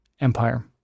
empire